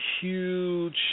huge